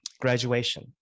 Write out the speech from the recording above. graduation